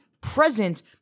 present